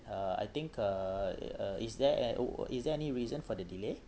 uh I think uh uh is there is there any reason for the delay